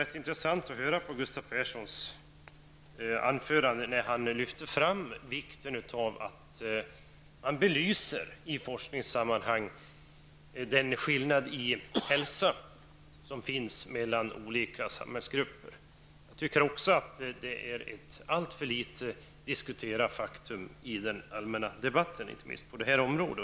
Det var intressant att höra Gustav Perssons anförande när han lyfte fram vikten av att i forskningssammanhang belysa den skillnad i hälsa som finns mellan olika samhällsgrupper. Det är ett alltför litet observerat faktum i den allmänna debatten på området.